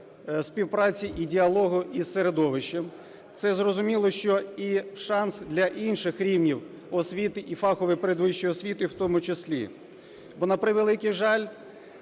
співпраці і діалогу із середовищем. Це зрозуміло, що і шанс для інших рівнів освіти, і фахової передвищої освіти в тому числі. Бо, на превеликий жаль,